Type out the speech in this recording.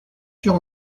sur